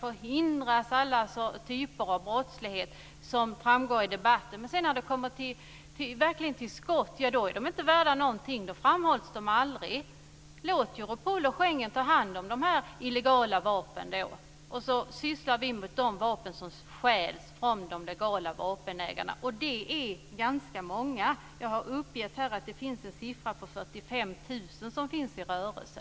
Alla typer av brottslighet ska förhindras, som framgår i debatten. Men när det väl kommer till skott är de inte värda någonting. Då framhålls de aldrig. Låt Europol och Schengen ta hand om detta med illegala vapen så sysslar vi med de vapen som stjäls från legala vapenägare. Det är fråga om ganska många. Jag har här uppgett att 45 000 sådana vapen finns i rörelse.